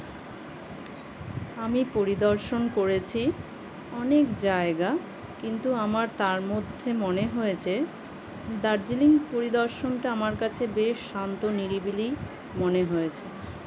আমি পরিদর্শন করেছি অনেক জায়গা কিন্তু আমার তার মধ্যে মনে হয়েছে দার্জিলিং পরিদর্শনটা আমার কাছে বেশ শান্ত নিরিবিলি মনে হয়েছে